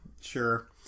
Sure